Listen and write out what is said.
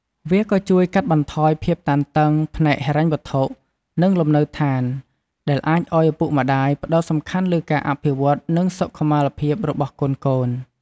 វាក៏ជួយកាត់បន្ថយភាពតានតឹងផ្នែកហិរញ្ញវត្ថុ និងលំនៅឋាន ដែលអាចឲ្យឪពុកម្ដាយផ្ដោតសំខាន់លើការអភិវឌ្ឍន៍ និងសុខុមាលភាពរបស់កូនៗ។